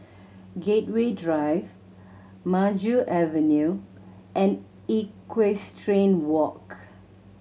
Gateway Drive Maju Avenue and Equestrian Walk